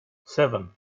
seven